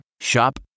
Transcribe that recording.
Shop